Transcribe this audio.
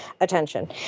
attention